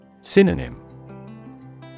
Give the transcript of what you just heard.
Synonym